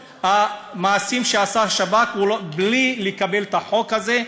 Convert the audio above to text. המעשים שעשה השב"כ בלי לקבל את החוק הזה.